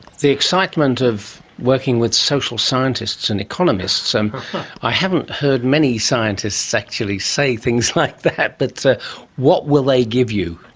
the excitement of working with social scientists and economists, um i haven't heard many scientists actually say things like that, but what will they give you?